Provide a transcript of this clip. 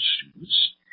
students